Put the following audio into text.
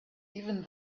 even